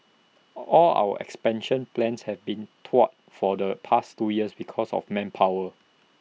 all our expansion plans have been thwarted for the past two years because of manpower